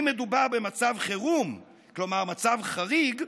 אם מדובר במצב חירום, כלומר במצב חריג,